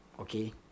okay